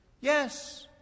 Yes